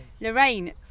Lorraine